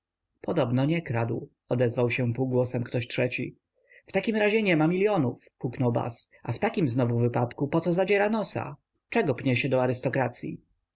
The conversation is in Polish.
podobno nie kradł odezwał się półgłosem ktoś trzeci w takim razie niema milionów huknął bas a w takim znowu wypadku poco zadziera nosa czego pnie się do